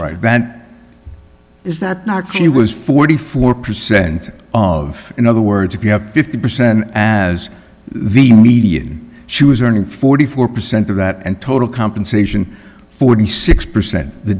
right band is that market was forty four percent of in other words if you have fifty percent as the median she was earning forty four percent of that and total compensation forty six percent the